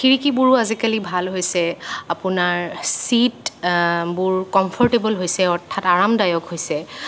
খিৰিকিবোৰো আজিকালি ভাল হৈছে আপোনাৰ চিট বোৰ কমফৰ্টেব'ল হৈছে অৰ্থাৎ আৰামদায়ক হৈছে